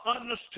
understood